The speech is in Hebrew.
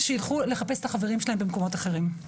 שילכו לחפש את החברים שלהם במקומות אחרים.